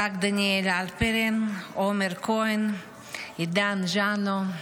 ברק דניאל הלפרין, עמרי כהן ועידו ז'נו.